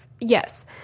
yes